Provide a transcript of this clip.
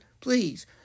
please